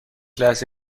لحظه